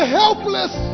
helpless